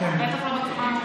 בטח לא בצורה,